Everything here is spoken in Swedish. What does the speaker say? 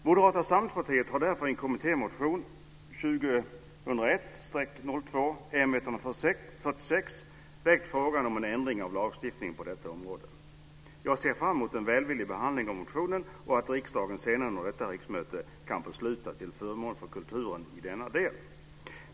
Moderata samlingspartiet har därför i en kommittémotion, 2001/02:m146, väckt frågan om ändring av lagstiftningen på detta område. Jag ser fram emot en välvillig behandling av motionen och att riksdagen senare under detta riksmöte kan fatta beslut till förmån för kulturen i denna del.